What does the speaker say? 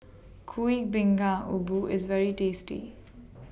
Kuih Bingka IS very tasty